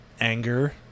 anger